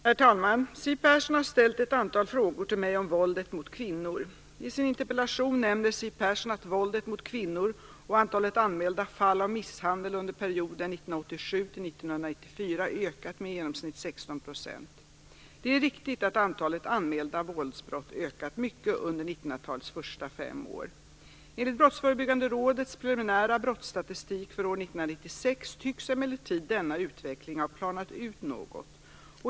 Herr talman! Siw Persson har ställt ett antal frågor till mig om våldet mot kvinnor. I sin interpellation nämner Siw Persson att våldet mot kvinnor har ökat. 1987-1994 har ökat med i genomsnitt 16 %. Det är riktigt att antalet anmälda våldsbrott ökat mycket under 1990-talets första fem år. Enligt Brottsförebyggande rådets preliminära brottsstatistik för 1996, tycks emellertid denna utveckling ha planat ut något.